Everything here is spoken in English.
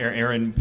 Aaron